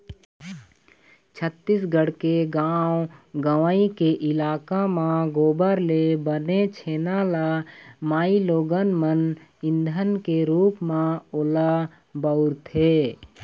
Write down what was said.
छत्तीसगढ़ के गाँव गंवई के इलाका म गोबर ले बने छेना ल माइलोगन मन ईधन के रुप म ओला बउरथे